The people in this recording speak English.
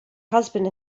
husband